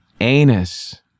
anus